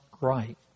right